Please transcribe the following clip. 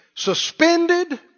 Suspended